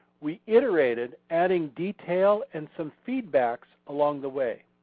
we iterated adding detail and some feedbacks along the way.